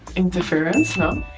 interference, no?